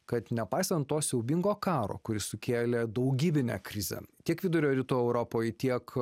kad nepaisant to siaubingo karo kuris sukėlė daugybinę krizę tiek vidurio rytų europoj tiek